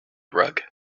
rug